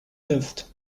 lift